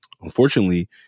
unfortunately